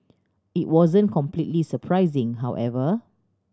it wasn't completely surprising however